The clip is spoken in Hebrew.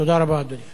תודה רבה, אדוני.